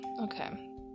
Okay